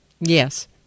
Yes